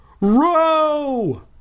Row